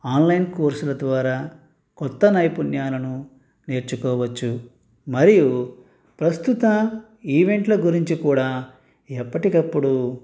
online కోర్సుల ద్వారా కొత్త నైపుణ్యాలను నేర్చుకోవచ్చు మరియు ప్రస్తుత ఈవెంట్ల గురించి కూడా ఎప్పటికప్పుడు